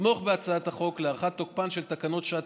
לתמוך בהצעת החוק להארכת תוקפן של תקנות שעת